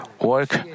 work